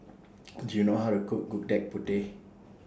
Do YOU know How to Cook Gudeg Putih